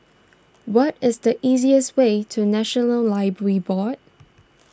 what is the easiest way to National Library Board